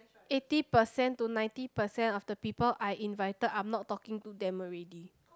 eighty percent to ninety percent of the people I invited I'm not talking to them already